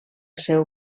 seu